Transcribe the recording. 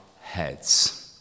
heads